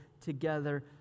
together